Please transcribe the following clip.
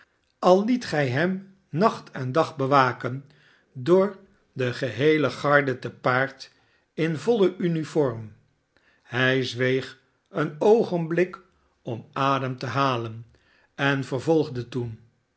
al liet gij hem nacht en dag bewaken door de geheele garde te paard in voile uniform hij zweeg een oogenblik om adem te halen en vervolgde toen